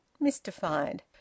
mystified